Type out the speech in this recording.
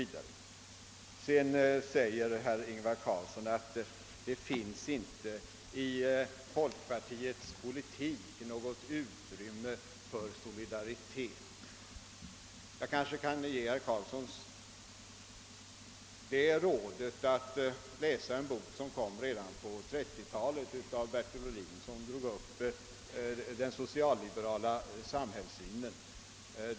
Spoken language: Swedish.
Vidare sade herr Carlsson i Tyresö att det i folkpartiets politik inte finns något utrymme för solidaritet. Jag kanske får ge herr Carlsson rådet att läsa en bok av Bertil Ohlin som han skrev redan på 1930-talet och där han skisserade den socialliberala samhällssynen.